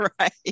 Right